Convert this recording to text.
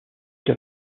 qu’à